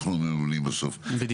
בעצם אנחנו מממנים בסוף,